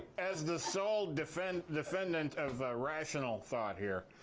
as the sole defendant defendant of rational thought here,